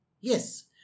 yes